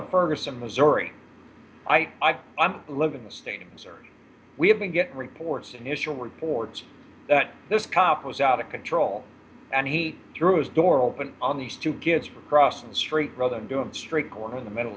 ferguson missouri i live in the state of missouri we have been getting reports initial reports that this cop was out of control and he threw his door open on these two kids for crossing the street rather than doing street corner in the middle